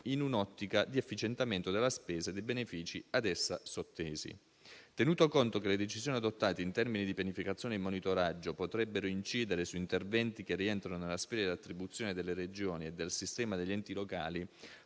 in un'ottica di efficientamento della spesa e dei benefici ad essa sottesi. Tenuto conto che le decisioni adottate in termini di pianificazione e monitoraggio potrebbero incidere su interventi che rientrano nella sfera di attribuzioni delle Regioni e del sistema degli enti locali,